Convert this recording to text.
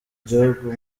gihugu